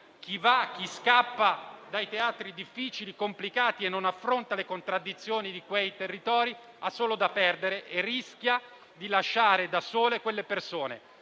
Chi scappa dai teatri difficili e complicati e non affronta le contraddizioni di quei territori ha solo da perdere e rischia di lasciare da sole quelle persone.